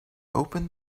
opened